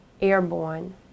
airborne